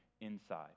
inside